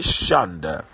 shanda